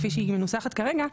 כפי שהיא מנוסחת כרגע,